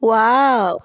wow